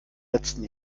letzten